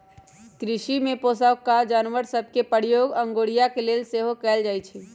कृषि में पोशौआका जानवर सभ के प्रयोग अगोरिया के लेल सेहो कएल जाइ छइ